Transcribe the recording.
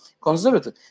conservative